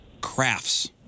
Crafts